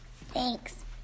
Thanks